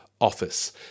office